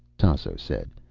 tasso said.